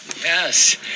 yes